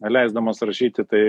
neleisdamas rašyti tai